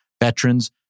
veterans